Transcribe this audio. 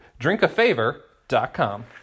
drinkafavor.com